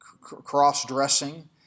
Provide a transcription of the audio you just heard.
cross-dressing